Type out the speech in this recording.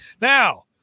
Now